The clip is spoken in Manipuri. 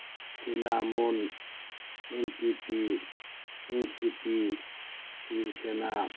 Trinamool M P P N C P ꯁꯤꯕꯁꯦꯅ